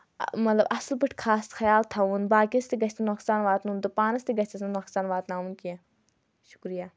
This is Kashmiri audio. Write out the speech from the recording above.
مطلب اَصٕل پٲٹھۍ خاص خیال تھاوُن باقٮ۪س تہِ گژھِ نہٕ نۄقصان واتُن تہٕ پانَس تہِ گژھؠس نہٕ نۄقصان واتناوُن کینٛہہ شُکریہ